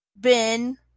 Ben